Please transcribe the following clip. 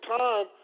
time